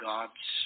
God's